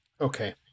okay